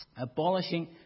abolishing